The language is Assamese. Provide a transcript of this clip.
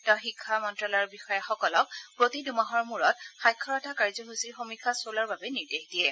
তেওঁ শিক্ষামন্ত্যালয়ৰ বিষয়াসকলক প্ৰতি দুমাহৰ মূৰত সাক্ষৰতা কাৰ্যসূচী সমীক্ষা চলোৱাৰ বাবে নিৰ্দেশ দিয়ে